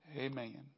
Amen